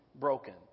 broken